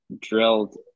drilled